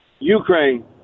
Ukraine